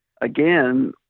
again